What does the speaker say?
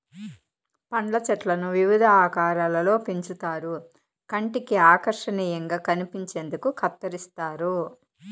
పండ్ల చెట్లను వివిధ ఆకారాలలో పెంచుతారు కంటికి ఆకర్శనీయంగా కనిపించేందుకు కత్తిరిస్తారు